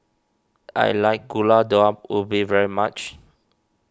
I like Gulai Daun Ubi very much